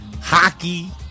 hockey